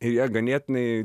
ir jie ganėtinai